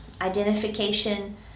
identification